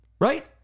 right